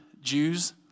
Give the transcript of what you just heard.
Jews